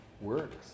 works